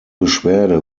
beschwerde